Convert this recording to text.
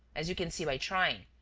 as you can see by trying,